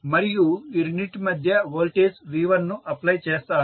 మరియు ఈ రెండింటి మధ్య వోల్టేజ్V1 ను అప్లై చేస్తాను